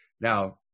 Now